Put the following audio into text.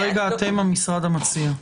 כרגע אתם המשרד המציע,